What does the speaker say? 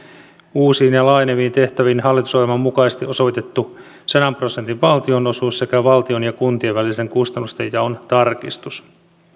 uusiin ja laajeneviin tehtäviin hallitusohjelman mukaisesti osoitettu sadan prosentin valtionosuus sekä valtion ja kuntien välisen kustannustenjaon tarkistus